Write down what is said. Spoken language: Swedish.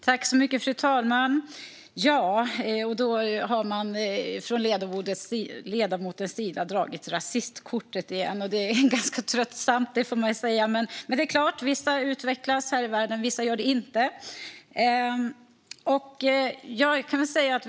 Fru talman! Där drog ledamoten rasistkortet igen. Det är ganska tröttsamt, får man säga. Men det är klart - vissa här i världen utvecklas, och vissa gör det inte.